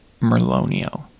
Merlonio